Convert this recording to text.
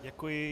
Děkuji.